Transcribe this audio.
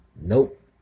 nope